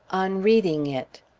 on reading it.